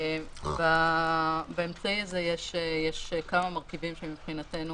באמצעי הזה יש כמה מרכיבים שמבחינתנו